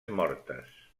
mortes